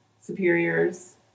superiors